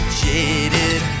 jaded